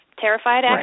terrified